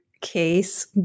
case